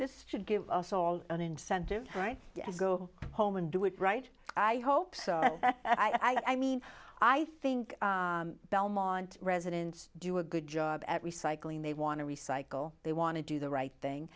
this should give us all an incentive right to go home and do it right i hope so i mean i think belmont residents do a good job at recycling they want to recycle they want to do the right thing